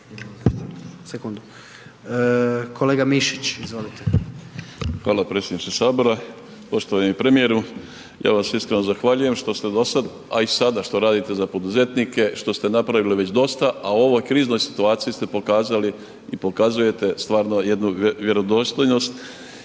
**Mišić, Ivica (Nezavisni)** Hvala predsjedniče Sabora. Poštovani premijeru, ja vam se iskreno zahvaljujem što ste do sad a i sada što radite za poduzetnike, što ste napravili već dosta a u ovoj kriznoj situaciji ste pokazali i pokazujete stvarno jednu vjerodostojnost